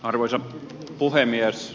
arvoisa puhemies